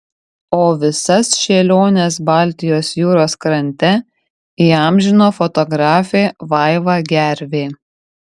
o visas šėliones baltijos jūros krante įamžino fotografė vaiva gervė